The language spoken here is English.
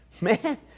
Man